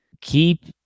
keep